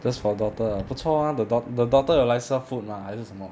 just for daughter ah 不错 the dau~ the daughter 有来 serve food mah 还是什么